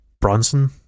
Bronson